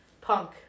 punk